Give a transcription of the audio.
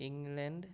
England